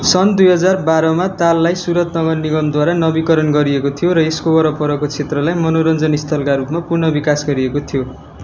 सन् दुई हजार बाह्रमा ताललाई सुरत नगर निगमद्वारा नवीकरण गरिएको थियो र यसको वरपरको क्षेत्रलाई मनोरञ्जन स्थलका रूपमा पुनर्विकास गरिएको थियो